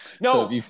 no